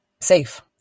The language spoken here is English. safe